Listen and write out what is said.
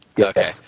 Okay